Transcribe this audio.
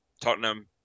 Tottenham